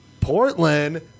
Portland